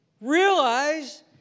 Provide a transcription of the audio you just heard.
Realize